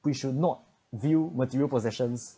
we should not view material possessions